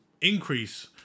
increase